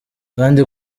kandi